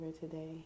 today